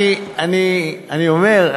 אני אומר,